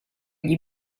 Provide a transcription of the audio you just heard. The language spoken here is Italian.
gli